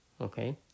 Okay